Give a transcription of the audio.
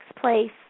place